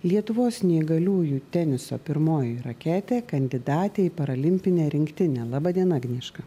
lietuvos neįgaliųjų teniso pirmoji raketė kandidatė į paralimpinę rinktinę laba diena agnieška